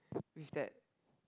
with that